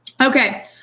Okay